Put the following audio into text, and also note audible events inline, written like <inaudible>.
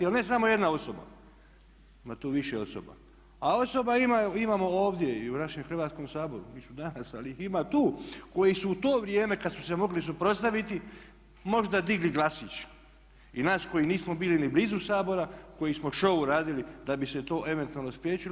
Ali ne samo jedna osoba, ima tu više osoba, a osoba imamo ovdje i u našem Hrvatskom saboru … <unintelligible> ali ih ima tu koji su u to vrijeme kad su se mogli suprotstaviti možda digli glasić i nas koji nismo bili ni blizu Sabora koji smo show radili da bi se to eventualno spriječilo.